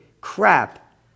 crap